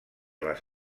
les